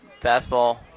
fastball